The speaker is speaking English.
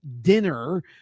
dinner